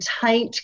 tight